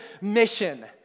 mission